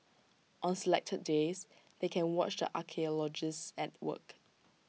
on selected days they can watch the archaeologists at work